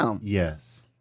Yes